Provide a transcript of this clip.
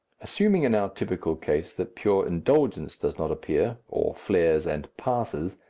assuming in our typical case that pure indulgence does not appear or flares and passes,